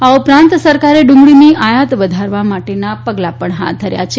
આ ઉપરાંત સરકારે ડુંગળીની આયાત વધારવા માટેના પણ પગલા હાથ ઘર્યા છે